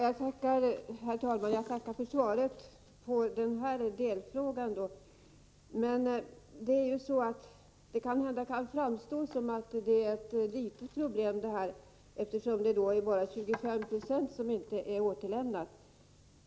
Herr talman! Jag tackar för svaret på denna delfråga. Det kan förefalla som om detta är ett litet problem, eftersom det bara är 25 70 som inte återlämnas.